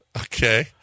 Okay